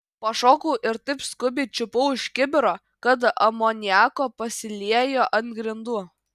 pašokau ir taip skubiai čiupau už kibiro kad amoniako pasiliejo ant grindų